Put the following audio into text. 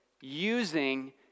using